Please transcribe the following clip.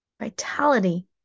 vitality